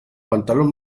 pantalón